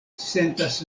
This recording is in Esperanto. sentas